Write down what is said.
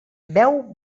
beu